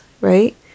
right